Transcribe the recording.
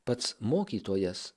pats mokytojas